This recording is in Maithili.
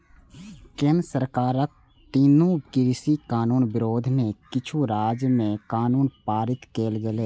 केंद्र सरकारक तीनू कृषि कानून विरोध मे किछु राज्य मे कानून पारित कैल गेलै